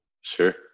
Sure